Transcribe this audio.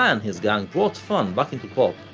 and his gang brought fun back into pop,